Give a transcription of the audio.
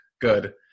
good